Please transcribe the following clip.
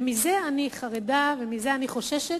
ומזה אני חרדה ומזה אני חוששת.